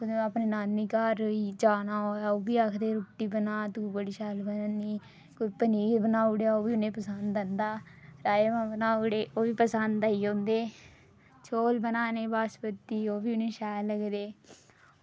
ते कुदै अपने नानी घर जाना होऐ ओह्बी आक्खदे रुट्टी बनाऽ तू बड़ी शैल बनानी कोई पनीर बनाई ओड़ेआ ओह्बी उनेंगी पसंद आंदा राजमां बनाई ओड़े ओह्बी उनेंगी पसंद आंदे चौल बनाने बासमती ओह्बी उनेंगी शैल लगदे